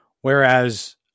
Whereas